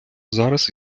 зараз